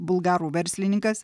bulgarų verslininkas